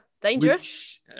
dangerous